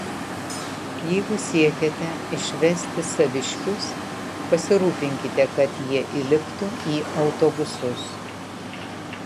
jeigu siekiate išvesti saviškius pasirūpinkite kad jie įliptų į autobusus